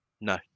No